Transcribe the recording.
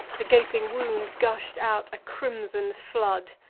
the gaping wound gush'd out a crimson flood.